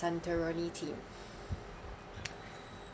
santorini theme